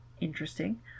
interesting